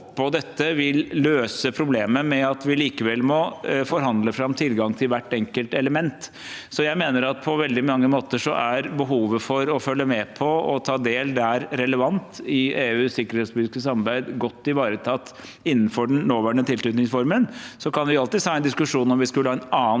dette vil løse problemet med at vi likevel må forhandle fram tilgang til hvert enkelt element. Så jeg mener at på veldig mange måter er behovet for å følge med på og ta del i EUs sikkerhetspolitiske samarbeid der det er relevant, godt ivaretatt innenfor den nåværende tilknytningsformen. Vi kan alltids ha en diskusjon om vi skulle hatt en annen